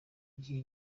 gihe